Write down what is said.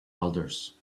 elders